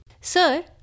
Sir